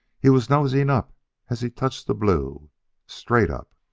he was nosing up as he touched the blue straight up